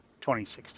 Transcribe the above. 2016